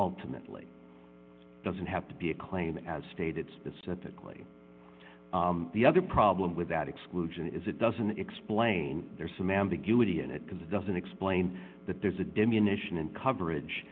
ultimately doesn't have to be a claim as stated specifically the other problem with that exclusion is it doesn't explain there's some ambiguity in it because it doesn't explain that there's a diminishing and coverage